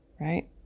Right